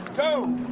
go.